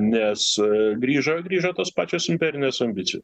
nes grįžo grįžo tos pačios imperinės ambicijos